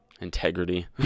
integrity